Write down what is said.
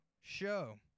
show